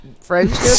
friendship